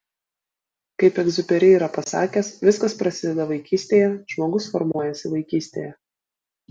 kaip egziuperi yra pasakęs viskas prasideda vaikystėje žmogus formuojasi vaikystėje